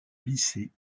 lycée